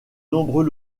nombreux